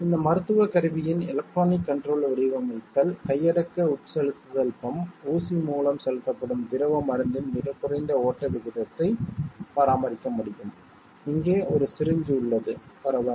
இந்த மருத்துவக் கருவியின் எலக்ட்ரானிக் கண்ட்ரோல் வடிவமைத்தல் கையடக்க உட்செலுத்துதல் பம்ப் ஊசி மூலம் செலுத்தப்படும் திரவ மருந்தின் மிகக் குறைந்த ஓட்ட விகிதத்தை பராமரிக்க முடியும் இங்கே ஒரு சிரிஞ்ச் உள்ளது பரவாயில்லை